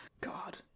God